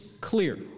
clear